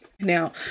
Now